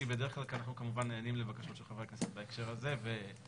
כי בדרך כלל אנחנו כמובן נענים לבקשות של חברי הכנסת בהקשר הזה ולצערי